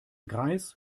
greis